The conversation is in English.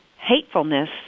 hatefulness